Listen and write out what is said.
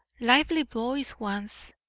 lively boys once.